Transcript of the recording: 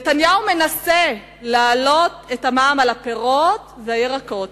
נתניהו מנסה להעלות את המע"מ על הפירות והירקות.